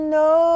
no